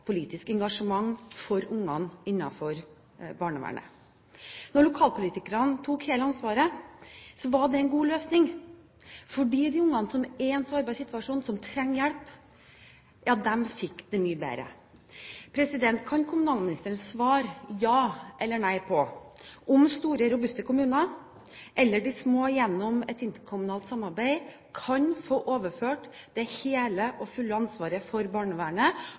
engasjement for barna innenfor barnevernet. Når lokalpolitikerne overtok hele ansvaret, var det en god løsning fordi de barna som var i en sårbar situasjon, og som trengte hjelp, fikk det mye bedre. Kan kommunalministeren svare ja eller nei på om store, robuste kommuner eller de små, gjennom et interkommunalt samarbeid, kan få overført det hele og fulle ansvaret for barnevernet,